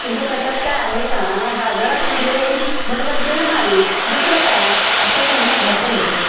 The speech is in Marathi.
तुमचं कशात काय आहे का बाजारात तुरी आहे आणि भट भटणीला मारी दुसरं काय असं त्यांचं हसं होतं